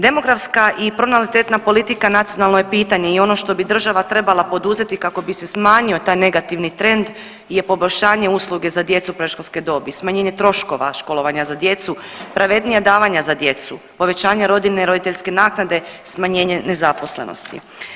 Demografska i pronatalitetna politika nacionalno je pitanje i ono što bi država trebala poduzeti kako bi se smanjio taj negativni trend je poboljšanje usluge za djecu predškolske dobi, smanjenje troškova školovanja za djecu, pravednija davanja za djecu, povećanje rodiljne i roditeljske naknade, smanjenje nezaposlenosti.